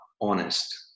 honest